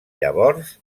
llavors